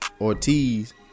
Ortiz